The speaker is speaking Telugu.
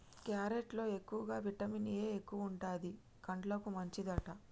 క్యారెట్ లో ఎక్కువగా విటమిన్ ఏ ఎక్కువుంటది, కండ్లకు మంచిదట